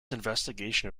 investigation